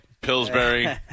Pillsbury